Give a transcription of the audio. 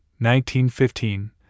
1915